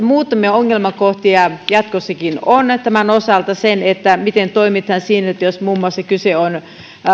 muutamia ongelmakohtia jatkossakin on tämän osalta se miten toimitaan silloin jos muun muassa on kyse